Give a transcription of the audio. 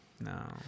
No